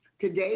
Today